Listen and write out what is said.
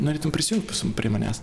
norėtum prisijungt prie manęs